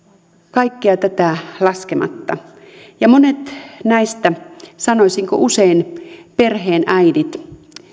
kaikkea tätä laskematta ja monet näistä sanoisinko usein perheenäidit